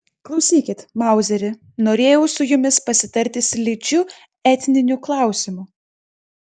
klausykit mauzeri norėjau su jumis pasitarti slidžiu etniniu klausimu